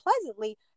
pleasantly